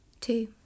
Two